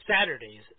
Saturdays